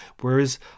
whereas